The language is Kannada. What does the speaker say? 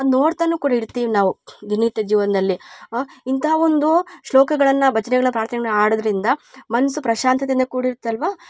ಅದು ನೋಡ್ತನು ಕೂಡ ಇರ್ತಿವಿ ನಾವು ದಿನನಿತ್ಯ ಜೀವನದಲ್ಲಿ ಇಂತಹ ಒಂದು ಶ್ಲೋಕಗಳನ್ನು ಭಜನೆಗಳ ಪ್ರಾರ್ತನೆಗಳನ್ನ ಹಾಡೋದ್ರಿಂದ ಮನಸು ಪ್ರಶಾಂತತೆಯಿಂದ ಕೂಡಿರುತಲ್ವ